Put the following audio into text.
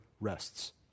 rests